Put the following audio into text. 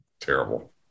terrible